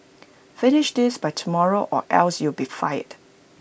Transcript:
finish this by tomorrow or else you'll be fired